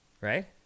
Right